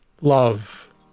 Love